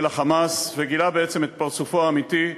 אל ה"חמאס", וגילה בעצם את פרצופו האמיתי.